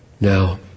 now